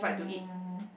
uh